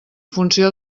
funció